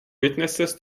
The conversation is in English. witnesses